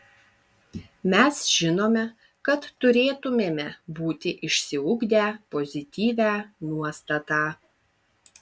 mes žinome kad turėtumėme būti išsiugdę pozityvią nuostatą